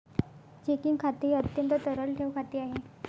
checking खाते हे अत्यंत तरल ठेव खाते आहे